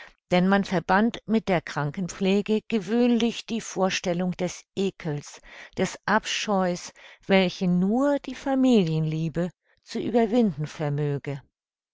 denn man verband mit der krankenpflege gewöhnlich die vorstellung des ekels des abscheu's welche nur die familienliebe zu überwinden vermöge